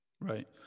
Right